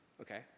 okay